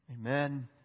Amen